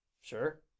Sure